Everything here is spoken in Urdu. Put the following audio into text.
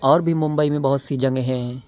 اور بھی ممبئی میں بہت سی جگہیں ہیں